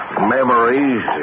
memories